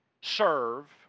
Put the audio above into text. serve